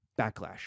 backlash